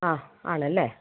ആ ആണല്ലേ